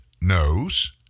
knows